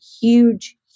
huge